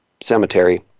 cemetery